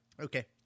Okay